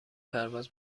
پرواز